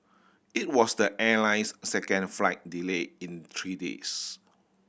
it was the airline's second flight delay in three days